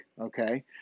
Okay